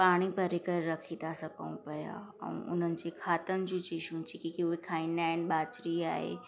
पाणी भरे करे रखी था सघूं पिया ऐं उननि जी खाधनि जी चीजूं जेकी उहे खाईंदा आइनि ॿाझिरी आहे